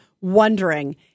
wondering